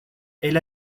elle